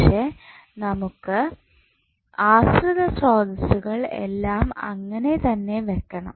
പക്ഷെ നമുക്ക് ആശ്രിത സ്രോതസ്സുകൾ എല്ലാം അങ്ങനെ തന്നെ വെക്കണം